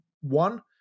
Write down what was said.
one